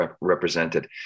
represented